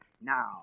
Now